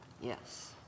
Yes